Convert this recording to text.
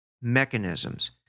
mechanisms